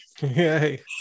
Yay